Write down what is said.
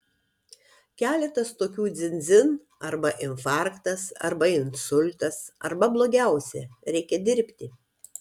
keletas tokių dzin dzin arba infarktas arba insultas arba blogiausia reikia dirbti